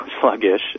sluggish